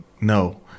no